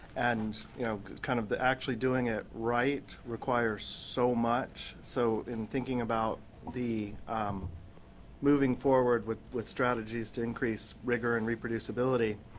and you know kind of actually doing it right requires so much so in thinking about the moving forward with with strategies to increase rigor and reproducibility